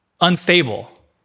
unstable